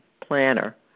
planner